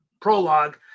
prologue